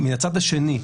מצד שני,